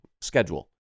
schedule